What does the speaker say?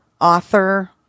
author